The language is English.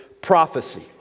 prophecy